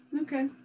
okay